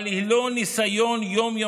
אבל היא לא ניסיון יום-יומי.